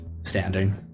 standing